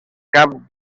cap